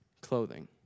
clothing